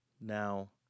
Now